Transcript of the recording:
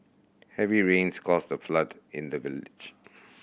heavy rains caused a flood in the village